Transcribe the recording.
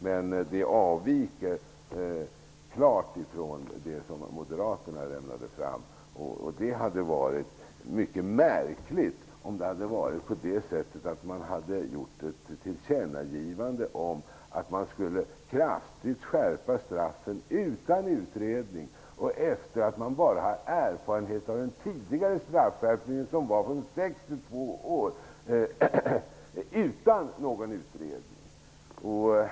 Men det avviker klart ifrån det förslag som moderaterna lade fram. Det hade synts mycket märkligt om man hade gjort ett tillkännagivande av att man utan utredning skulle skärpa straffen kraftigt -- och detta efter att bara ha erfarenhet av den tidigare straffskärpningen från 2 till 6 år, som också den genomfördes utan utredning.